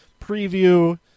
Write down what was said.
preview